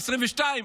2022,